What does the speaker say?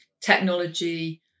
technology